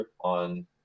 on